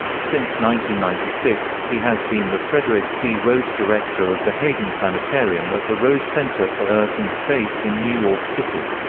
ninety ninety six, he has been the frederick p. rose director of the hayden planetarium at the rose center for earth and space in new york city.